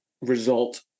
result